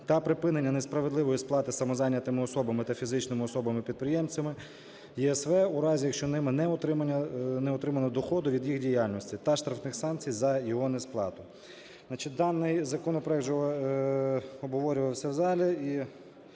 та припинення несправедливої сплати самозайнятими особами та фізичними особами-підприємцями ЄСВ у разі, якщо ними не отримано доходу від їх діяльності, та штрафних санкцій за його несплату. Даний законопроект обговорювався в залі